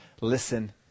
Listen